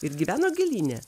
ir gyveno gėlyne